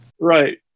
Right